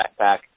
backpack